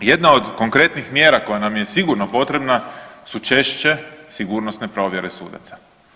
Jedna od konkretnih mjera koja nam je sigurno potrebna su češće sigurnosne provjere sudaca.